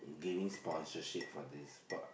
giving sponsorship for this but